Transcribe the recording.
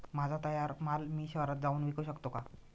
माझा तयार माल मी शहरात जाऊन विकू शकतो का?